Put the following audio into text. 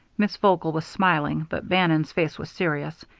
miss vogel was smiling, but bannon's face was serious.